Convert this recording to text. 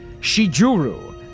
Shijuru